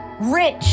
Rich